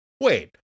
Wait